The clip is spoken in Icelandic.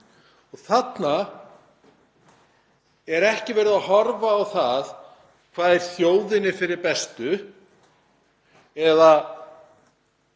Þarna er ekki verið að horfa á það hvað er þjóðinni fyrir bestu eða